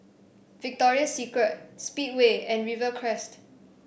Victoria Secret Speedway and Rivercrest